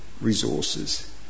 resources